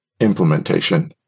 implementation